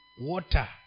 water